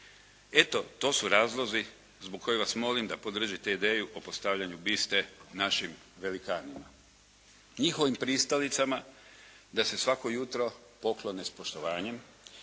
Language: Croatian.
Eto to su razlozi zbog kojih vas molim da podržite ideju o postavljanju biste našim velikanima, njihovim pristalicama da se svako jutro poklone s poštovanjem,